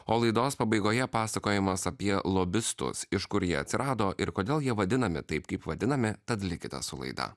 o laidos pabaigoje pasakojimas apie lobistus iš kur jie atsirado ir kodėl jie vadinami taip kaip vadinami tad likite su laida